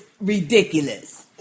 ridiculous